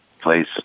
place